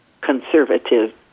conservative